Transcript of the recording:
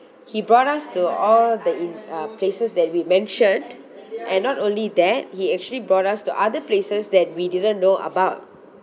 he brought us to all the im~ uh places that we mentioned and not only that he actually brought us to other places that we didn't know about